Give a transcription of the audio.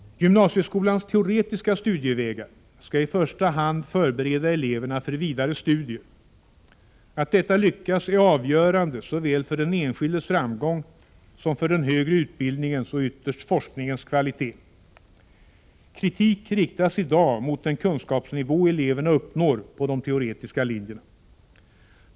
Gymnasieskolans teoretiska studievägar skall i första hand förbereda eleverna för vidare studier. Att detta lyckas är avgörande såväl för den enskildes framgång som för den högre utbildningens och ytterst forskningens kvalitet. Kritik riktas i dag mot den kunskapsnivå eleverna uppnår på de teoretiska linjerna.